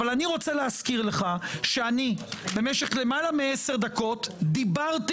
אבל אני רוצה להזכיר לך שאני במשך למעלה מעשר דקות דיברתי